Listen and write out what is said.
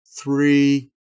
three